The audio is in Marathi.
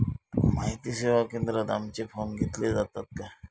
माहिती सेवा केंद्रात आमचे फॉर्म घेतले जातात काय?